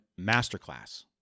masterclass